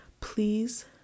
please